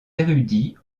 érudits